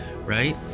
Right